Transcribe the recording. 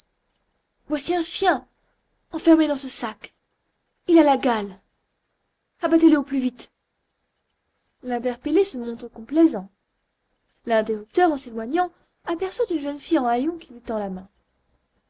voici un chien enfermé dans ce sac il a la gale abattez le au plus vite l'interpellé se montre complaisant l'interrupteur en s'éloignant aperçoit une jeune fille en haillons qui lui tend la main